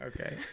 okay